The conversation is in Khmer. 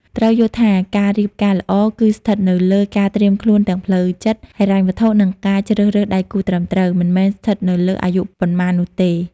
ត្រូវយល់ថា ការរៀបការល្អ គឺស្ថិតនៅលើការត្រៀមខ្លួនទាំងផ្លូវចិត្ត ហិរញ្ញវត្ថុ និងការជ្រើសរើសដៃគូត្រឹមត្រូវ មិនមែនស្ថិតនៅលើអាយុប៉ុន្មាននោះទេ ។